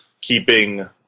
keeping